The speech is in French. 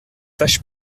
fâche